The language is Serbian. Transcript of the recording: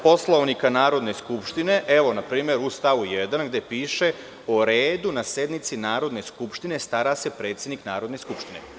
Poslovnika Narodne skupštine u stavu 1. gde piše: „O redu na sednici Narodne skupštine stara se predsednik Narodne Skupštine“